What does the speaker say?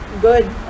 good